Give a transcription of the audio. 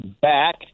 back